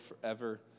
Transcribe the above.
forever